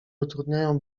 utrudniają